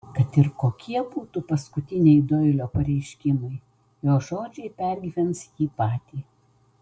kad ir kokie būtų paskutiniai doilio pareiškimai jo žodžiai pergyvens jį patį